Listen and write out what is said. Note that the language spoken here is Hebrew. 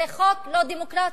זה חוק לא דמוקרטי.